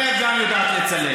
תמר זנדברג, הרי גם את יודעת לצלם.